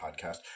podcast